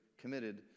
committed